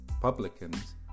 publicans